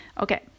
okay